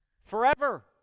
Forever